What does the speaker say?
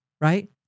right